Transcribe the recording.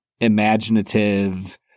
imaginative